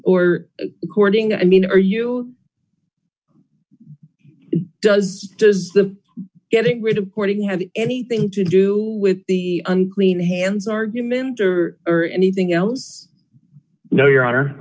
recording i mean are you does getting rid of cording have anything to do with the unclean hands argument or or anything else no your honor